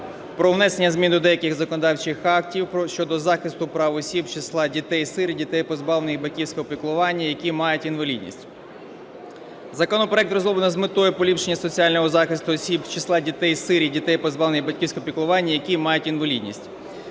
про внесення змін до деяких законодавчих актів щодо захисту прав осіб з числа дітей-сиріт, дітей, позбавлених батьківського піклування, які мають інвалідність. Законопроект розроблений з метою поліпшення соціального захисту осіб з числа дітей-сиріт, дітей, позбавлених батьківського піклування, які мають інвалідність.